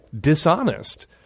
dishonest